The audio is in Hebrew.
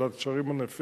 בעלת קשרים ענפים